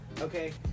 okay